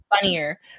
funnier